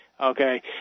Okay